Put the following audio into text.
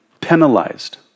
penalized